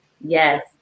yes